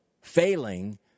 failing